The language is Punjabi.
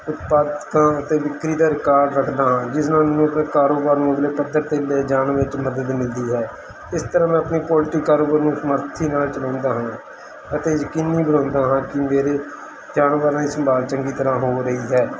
ਉਤਪਾਦਕਾਂ ਅਤੇ ਵਿਕਰੀ ਦਾ ਰਿਕਾਡ ਰੱਖਦਾ ਹਾਂ ਜਿਸ ਨਾਲ ਮੈਨੂੰ ਕਾਰੋਬਾਰ ਨੂੰ ਅਗਲੇ ਪੱਧਰ 'ਤੇ ਲੈ ਜਾਣ ਵਿੱਚ ਮਦਦ ਮਿਲਦੀ ਹੈ ਇਸ ਤਰ੍ਹਾਂ ਮੈਂ ਆਪਣੀ ਪੋਲਟਰੀ ਕਾਰੋਬਾਰ ਨੂੰ ਸਮਰਥੀ ਨਾਲ ਚਲਾਉਂਦਾ ਹਾਂ ਅਤੇ ਯਕੀਨੀ ਬਣਾਉਦਾ ਹਾਂ ਕਿ ਮੇਰੇ ਜਾਨਵਰਾਂ ਦੀ ਸੰਭਾਲ ਚੰਗੀ ਤਰ੍ਹਾਂ ਹੋ ਰਹੀ ਹੈ